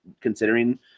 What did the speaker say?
considering